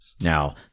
Now